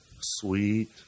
sweet